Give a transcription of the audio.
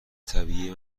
طبیعی